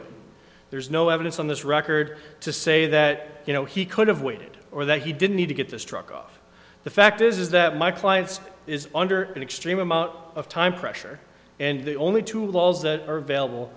it there's no evidence on this record to say that you know he could have waited or that he didn't need to get the struck off the fact is that my client's is under an extreme amount of time pressure and the only two laws that are available